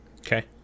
Okay